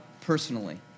personally